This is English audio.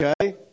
okay